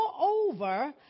moreover